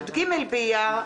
י"ג באייר,